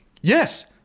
Yes